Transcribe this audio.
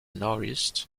northeast